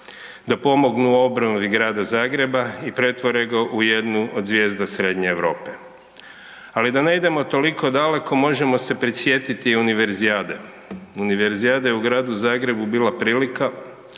da pomognu u obnovi Grada Zagreba i pretvore ga u jednu od zvijezda Srednje Europe. Ali da ne idemo toliko daleko možemo se prisjetiti Univerzijade. Univerzijada je u Gradu Zagrebu bila prilika